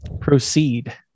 Proceed